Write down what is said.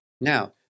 Now